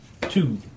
Two